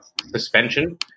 suspension